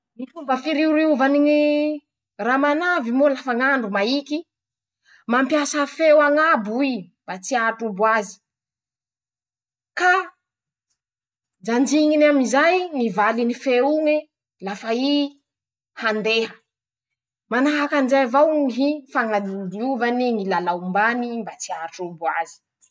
Ñy fomba firioriovany ñy ramanavy moa lafa ñ'andro maîky: -Mampiasa feo añabo i mba tsy hahatrobo azy. ka janjiñiny amizay ñy valiny feo iñe lafa i handeha. manahaky anizay avao ñy fañadiodiovany ñy lala ombàny mba tsy hahatrobo azy.